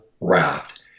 raft